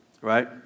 right